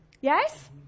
Yes